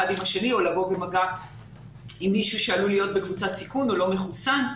עם השני או לבוא במגע עם מישהו שעלול להיות בקבוצת סיכון או לא מחוסן,